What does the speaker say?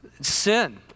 sin